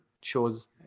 shows